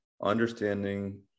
understanding